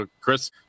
Chris